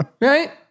Right